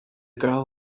girl